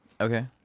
Okay